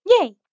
Yay